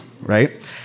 right